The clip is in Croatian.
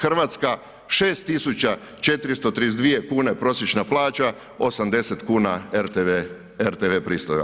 Hrvatska 6.432 kune prosječna plaća, 80 kuna rtv pristojba.